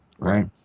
Right